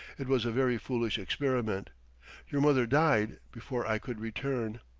it was a very foolish experiment your mother died before i could return.